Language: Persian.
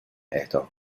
اهدا